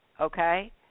okay